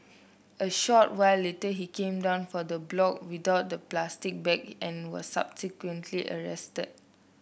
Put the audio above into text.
a short while later he came down from the block without the plastic bag and was subsequently arrested